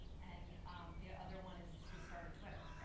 and the other one is who started twitter, yeah